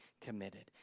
committed